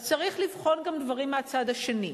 אז צריך גם לבחון דברים מהצד השני.